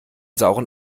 sauren